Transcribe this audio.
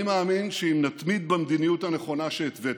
אני מאמין שאם נתמיד במדיניות הנכונה שהתוויתי,